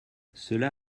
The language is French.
cela